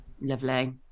Lovely